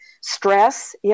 stress